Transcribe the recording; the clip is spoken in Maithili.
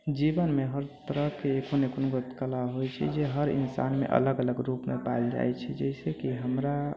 जीवनमे हर तरहके कोनो ने कोनो कला होइ छै जे हर इंसानमे अलग अलग रूपमे पायल जाइ छै जैसेकि हमरा